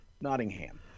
Nottingham